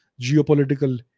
geopolitical